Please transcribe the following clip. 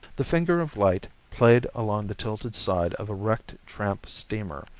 the finger of light played along the tilted side of a wrecked tramp steamer.